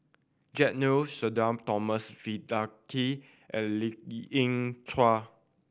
Jack Neo Sudhir Thomas Vadaketh and Lien Ying Chow